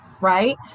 Right